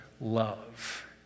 love